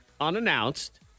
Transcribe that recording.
unannounced